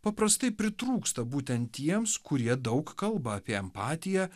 paprastai pritrūksta būtent tiems kurie daug kalba apie empatiją